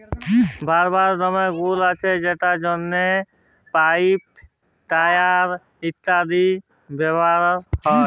রাবারের দমে গুল্ আছে যেটর জ্যনহে পাইপ, টায়ার ইত্যাদিতে ব্যাভার হ্যয়